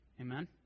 Amen